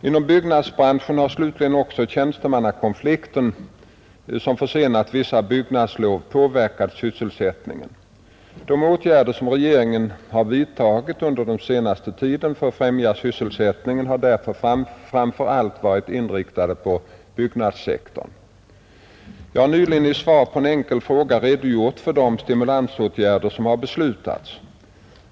Inom byggnadsbranschen har slutligen också tjänstemannakonflikten som försenat vissa byggnadslov påverkat sysselsättningen. De åtgärder som regeringen har vidtagit under den senaste tiden för att främja sysselsättningen har därför framför allt varit inriktade på byggnadssektorn, Jag har nyligen i svar på en enkel fråga redogjort för de stimulansåtgärder som har beslutats.